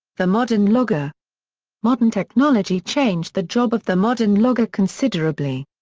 the modern logger modern technology changed the job of the modern logger considerably.